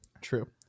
True